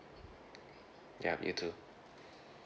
ya you too